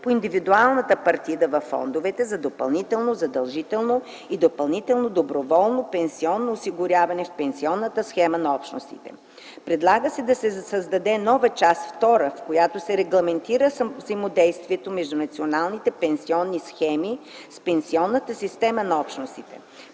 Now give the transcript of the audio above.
по индивидуалната партида във фондове за допълнително задължително и допълнително доброволно пенсионно осигуряване в пенсионната схема на Общностите. Предлага се да се създаде нова част „Втора А”, в която се регламентира взаимодействието между националните пенсионни схеми с пенсионната схема на Общностите.